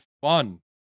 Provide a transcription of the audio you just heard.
fun